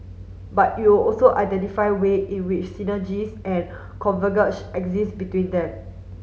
but it will also identify way in which synergies and exist between them